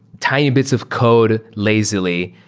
tiny bits of code lazily,